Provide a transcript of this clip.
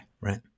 right